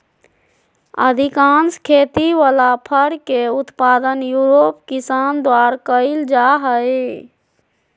अधिकांश खेती वला फर के उत्पादन यूरोप किसान द्वारा कइल जा हइ